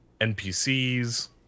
npcs